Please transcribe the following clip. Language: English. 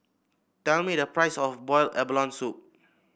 tell me the price of boil abalone soup